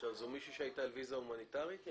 זו מישהי שהייתה על ויזה הומניטרית?